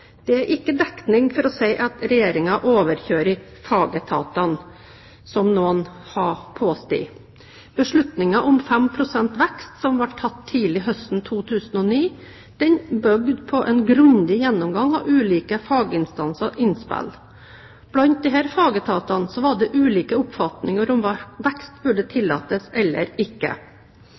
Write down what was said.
Det er ikke dekning for å si at Regjeringen overkjører fagetatene, som noen har påstått. Beslutningen om 5 pst. vekst som ble tatt tidlig høsten 2009, bygde på en grundig gjennomgang av ulike faginstansers innspill. Blant disse fagetatene var det ulike oppfatninger om vekst burde tillates eller ikke.